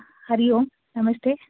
हरि ओम् नमस्ते